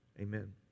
Amen